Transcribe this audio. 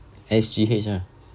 S_G_H lah